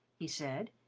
he said.